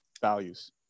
values